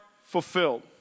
fulfilled